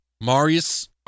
Marius